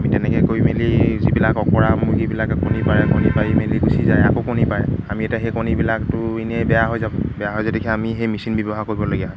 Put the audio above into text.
আমি তেনেকৈ কৰি মেলি যিবিলাক অঁকৰা মূৰ্গীবিলাক আপুনি পাৰে কণী পাৰি মেলি গুচি যায় আকৌ কণী পাৰে আমি এতিয়া সেই কণীবিলাকটো এনেই বেয়া হৈ যাব বেয়া হৈ যোৱা দেখি আমি সেই মেচিন ব্যৱহাৰ কৰিবলগীয়া হয়